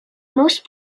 most